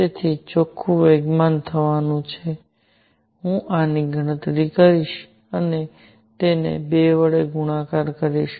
તેથી ચોખ્ખું વેગમાન થવાનું છે કે હું આની ગણતરી કરીશ અને તેને 2 વડે ગુણાકાર કરીશ